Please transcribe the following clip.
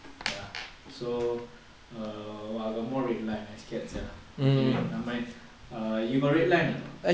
ya so err what got more red line I scared sia okay never mind err you got red line or not